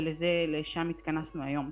ולשם התכנסנו היום.